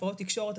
הפרעות תקשורת,